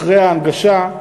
אחרי ההנגשה,